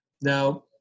Now